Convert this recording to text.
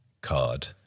card